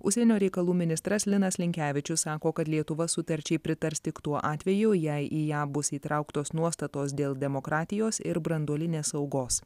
užsienio reikalų ministras linas linkevičius sako kad lietuva sutarčiai pritars tik tuo atveju jei į ją bus įtrauktos nuostatos dėl demokratijos ir branduolinės saugos